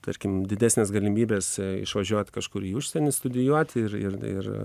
tarkim didesnės galimybės išvažiuot kažkur į užsienį studijuot ir ir ir